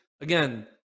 again